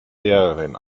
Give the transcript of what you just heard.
lehrerin